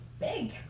big